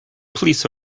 police